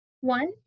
One